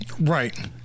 Right